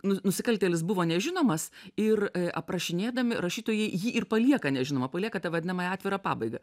nu nusikaltėlis buvo nežinomas ir aprašinėdami rašytojai jį ir palieka nežinomą palieka tą vadinamąją atvirą pabaigą